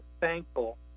thankful